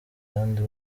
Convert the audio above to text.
kandi